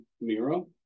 Miro